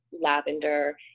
lavender